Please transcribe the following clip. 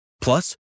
Plus